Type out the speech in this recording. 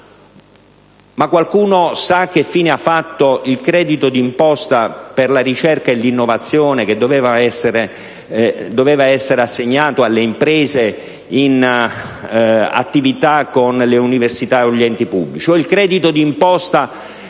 ma qualcuno sa che fine ha fatto il credito d'imposta per la ricerca e l'innovazione che doveva essere assegnato alle imprese in attività con le università o gli enti pubblici,